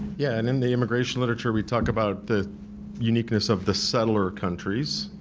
yeah, and in the immigration literature we talk about the uniqueness of the settler countries,